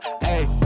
hey